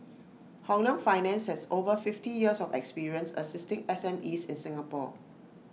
Hong Leong finance has over fifty years of experience assisting S M Es in Singapore